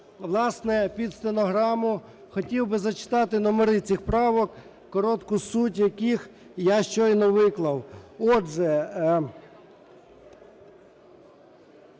власне, під стенограму хотів би зачитати номери цих правок, коротку суть яких я щойно виклав. Отже,